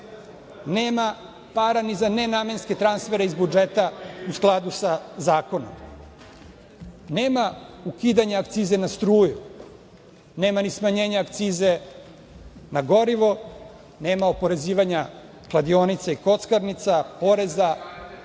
Nema para ni za nenamenske transfere iz budžeta u skladu sa zakonom. Nema ukidanja akcize na struju, nema ni smanjenja akcize na gorivo, nema oporezivanja kladionica i kockarnica, poreza